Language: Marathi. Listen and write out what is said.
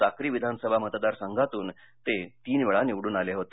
साक्री विधानसभा मतदारसंघातून ते तीन वेळा निवडून आले होते